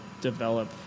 develop